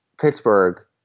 Pittsburgh